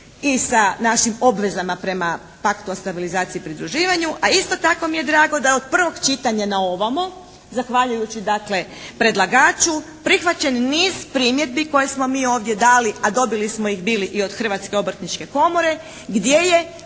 i sa našim obvezama prema Paktu o stabilizaciji i pridruživanju, a isto tako mi je drago da od prvog čitanja naovamo zahvaljujući dakle predlagaču prihvaćen niz primjedbi koje smo mi ovdje dali, a dobili smo ih bili i od Hrvatske obrtničke komore gdje je